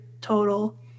total